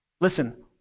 Listen